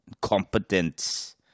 Competence